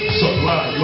supply